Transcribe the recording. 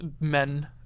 men